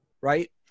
Right